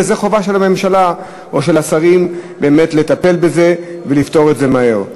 וזו חובה של הממשלה או של השרים לטפל בזה ולפתור את זה מהר.